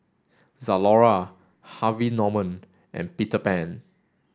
Zalora Harvey Norman and Peter Pan